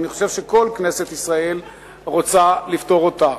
ואני חושב שכל כנסת ישראל רוצה לפתור אותה.